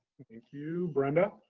thank you. brenda?